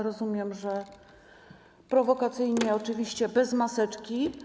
Rozumiem, że prowokacyjnie oczywiście bez maseczki.